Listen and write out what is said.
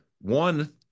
One